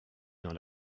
dans